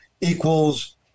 equals